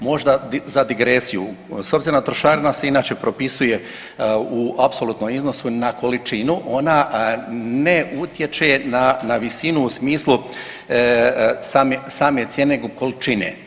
Možda za digresiju, s obzirom da trošarina se inače propisuje u apsolutnom iznosu na količinu ona na utječe na visinu u smislu same, same cijene nego količine.